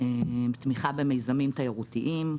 תמיכה במיזמים תיירותיים.